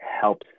helps